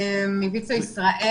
מויצ"ו ישראל.